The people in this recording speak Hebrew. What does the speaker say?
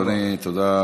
אדוני, תודה.